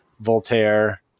Voltaire